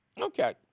Okay